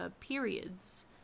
periods